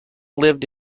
lived